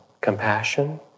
compassion